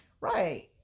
right